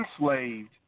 enslaved